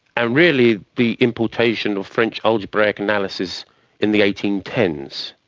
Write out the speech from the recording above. and really the importation of french algebraic analysis in the eighteen ten s.